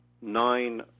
nine